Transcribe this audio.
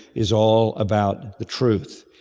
is all about the truth.